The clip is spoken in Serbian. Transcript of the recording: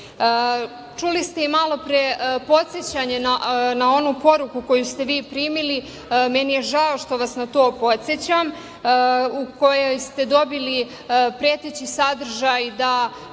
ste malo pre i podsećanje na onu poruku koju ste vi primili, meni je žao što vas na to podsećam, u kojoj ste dobili preteći sadržaj da